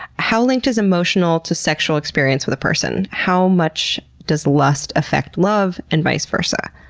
how linked is emotional to sexual experience with a person? how much does lust affect love and vice versa?